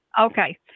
Okay